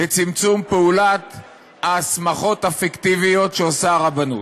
לצמצום פעולת ההסמכות הפיקטיביות שעושה הרבנות.